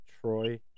Troy